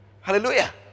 Hallelujah